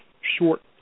short